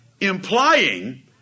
implying